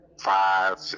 five